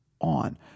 on